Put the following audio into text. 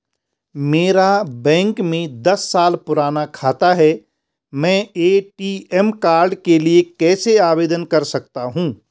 मेरा बैंक में दस साल पुराना खाता है मैं ए.टी.एम कार्ड के लिए कैसे आवेदन कर सकता हूँ?